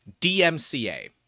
DMCA